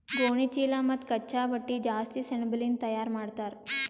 ಗೋಣಿಚೀಲಾ ಮತ್ತ್ ಕಚ್ಚಾ ಬಟ್ಟಿ ಜಾಸ್ತಿ ಸೆಣಬಲಿಂದ್ ತಯಾರ್ ಮಾಡ್ತರ್